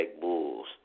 Bulls